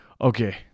Okay